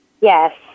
Yes